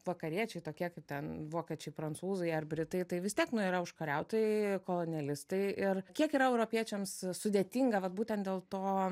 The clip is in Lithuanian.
vakariečiai tokie kaip ten vokiečiai prancūzai ar britai tai vis tiek nu yra užkariautojai kolonialistai ir kiek yra europiečiams sudėtinga vat būtent dėl to